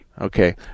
Okay